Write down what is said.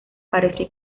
parece